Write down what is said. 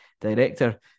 director